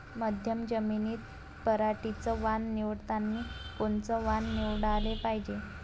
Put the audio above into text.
मध्यम जमीनीत पराटीचं वान निवडतानी कोनचं वान निवडाले पायजे?